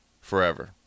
forever